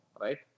right